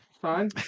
fine